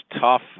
tough